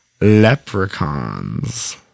Leprechauns